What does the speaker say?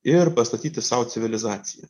ir pastatyti sau civilizaciją